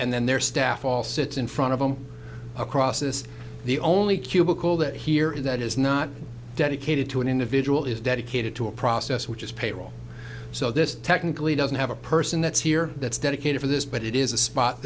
and then their staff all sit in front of them across this the only cubicle that here is that is not dedicated to an individual is dedicated to a process which is payroll so this technically doesn't have a person that's here that's dedicated to this but it is a spot